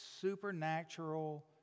supernatural